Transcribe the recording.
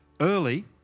Early